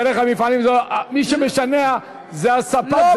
דרך המפעלים, מי שמשנע זה הספק.